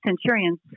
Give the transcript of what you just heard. centurion's